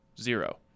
zero